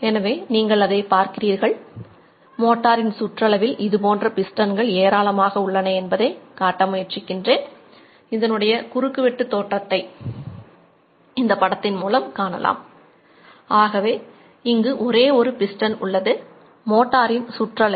எனவே நீங்கள் அதைப் பார்க்கிறீர்கள் மோட்டரின் சுற்றளவில்